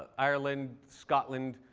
ireland, scotland,